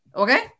okay